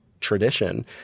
Tradition